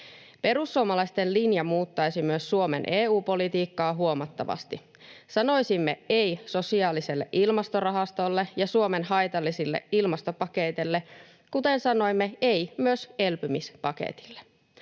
Perussuomalaisten linja muuttaisi myös Suomen EU-politiikkaa huomattavasti. Sanoisimme ”ei” sosiaaliselle ilmastorahastolle ja Suomen haitallisille ilmastopaketeille, kuten sanoimme ”ei” myös elpymispaketille.